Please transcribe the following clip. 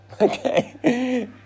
Okay